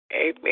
Amen